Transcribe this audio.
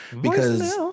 because-